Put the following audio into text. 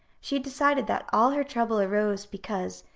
she had decided that all her trouble arose because,